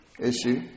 issue